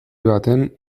baten